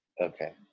Okay